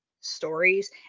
stories